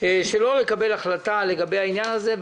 שלא לקבל החלטה לגבי העניין הזה.